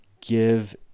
give